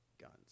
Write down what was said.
guns